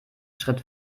schritt